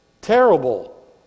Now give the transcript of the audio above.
terrible